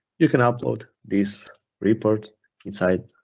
you can upload this report inside.